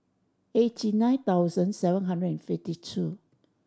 eighty nine thousand seven hundred and fifty two